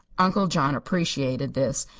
uncle john appreciated this,